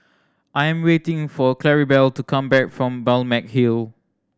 I am waiting for Claribel to come back from Balmeg Hill